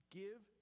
give